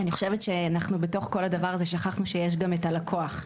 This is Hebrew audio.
אני חושבת שאנחנו בתוך כל הדבר הזה שכחנו שיש גם את הלקוח.